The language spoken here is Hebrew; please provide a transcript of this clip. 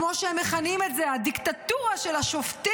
כמו שהם מכנים את זה: הדיקטטורה של השופטים